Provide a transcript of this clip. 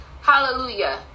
hallelujah